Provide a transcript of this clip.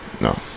no